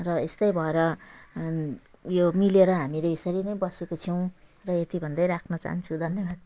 र यस्तै भएर उयो मिलेर हामीहरू यसरी नै बसेका छौँ र यति भन्दै राख्न चाहन्छु धन्यवाद